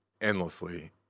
endlessly